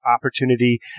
opportunity